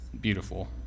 beautiful